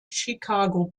chicago